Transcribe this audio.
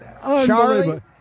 Charlie